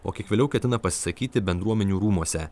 o kiek vėliau ketina pasisakyti bendruomenių rūmuose